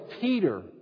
Peter